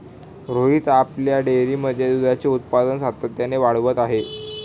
रोहित आपल्या डेअरीमध्ये दुधाचे उत्पादन सातत्याने वाढवत आहे